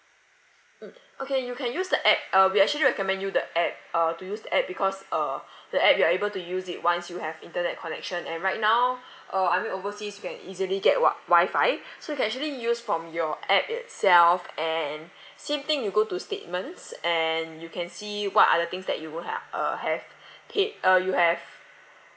mm okay you can use the app uh we actually recommend you the app uh to use the app because uh the app you are able to use it once you have internet connection and right now uh I mean overseas you can easily get wa~ wifi so you can actually use from your app itself and same thing you go to statements and you can see what are the things that you were ha~ uh have paid uh you have